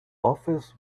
office